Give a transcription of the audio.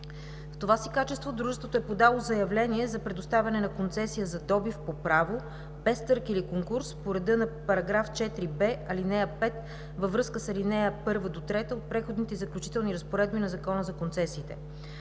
В това си качество дружеството е подало заявление за предоставяне на концесия за добив по право, без търг или конкурс по реда на § 4б, ал. 5 във връзка с алинеи 1 – 3 от Преходните и заключителни разпоредби на Закона за концесиите.